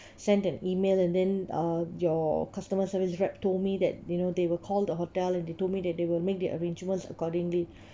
sent an email and then uh your customer service rep told me that you know they will call the hotel and they told me that they will make the arrangements accordingly